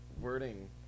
wording